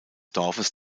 dorfes